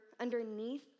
underneath